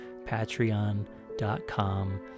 patreon.com